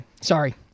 Sorry